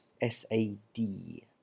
S-A-D